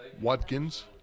Watkins